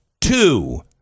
Two